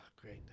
great